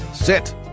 sit